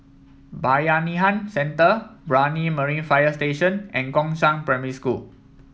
Bayanihan Centre Brani Marine Fire Station and Gongshang Primary School